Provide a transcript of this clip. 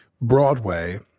Broadway